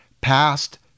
past